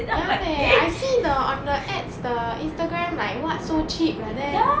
ya leh I see the on the ads the Instagram like what so cheap like that